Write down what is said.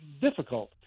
difficult